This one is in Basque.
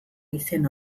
izen